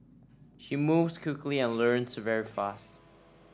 she moves quickly and learns very fast